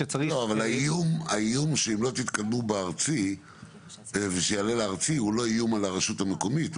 האיום שאם לא יעלה לארצי הוא לא איום על הרשות המקומיות,